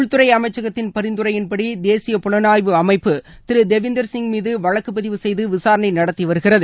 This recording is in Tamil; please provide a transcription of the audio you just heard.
உள்துறை அமைச்சகத்தின் பரிந்துரையின்படி தேசிய புலனாய்வு அமைப்பு திரு தேவிந்திர் சிங் மீது வழக்கு பதிவு செய்து விசாரணை நடத்திவருகிறது